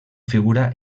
figura